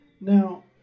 Now